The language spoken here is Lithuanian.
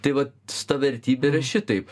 tai vat ta vertybė yra šitaip